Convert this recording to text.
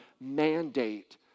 mandate